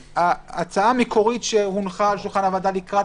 ההצעה המקורית שהונחה על שולחן הוועדה לקראת